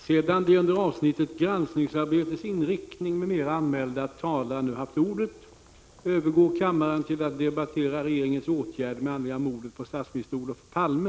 Sedan de under avsnittet Granskningsarbetets inriktning, m.m. anmälda talarna nu haft ordet övergår kammaren till att debattera Regeringens åtgärder med anledning av mordet på statsminister Olof Palme.